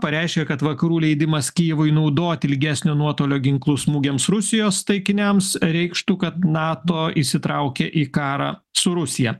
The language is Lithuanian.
pareiškė kad vakarų leidimas kijevui naudoti ilgesnio nuotolio ginklus smūgiams rusijos taikiniams reikštų kad nato įsitraukė į karą su rusija